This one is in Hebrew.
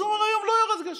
אז הוא אמר: היום לא ירד גשם.